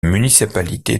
municipalité